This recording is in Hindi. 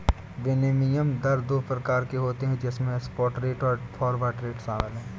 विनिमय दर दो प्रकार के होते है जिसमे स्पॉट रेट और फॉरवर्ड रेट शामिल है